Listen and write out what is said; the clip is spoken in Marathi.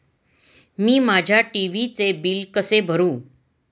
मी माझ्या टी.व्ही चे बिल कसे भरू?